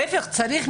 להיפך, צריך.